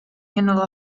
kindle